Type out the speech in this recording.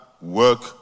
work